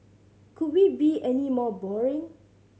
could we be any more boring